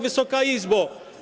Wysoka Izbo!